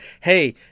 hey